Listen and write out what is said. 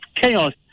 chaos